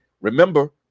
remember